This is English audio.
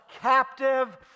captive